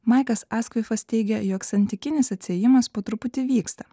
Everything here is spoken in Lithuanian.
maikas askvifas teigia jog santykinis atsiejimas po truputį vyksta